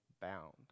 bound